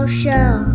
show